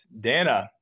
Dana